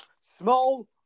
small